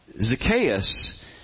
Zacchaeus